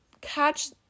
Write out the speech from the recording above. catch